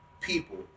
people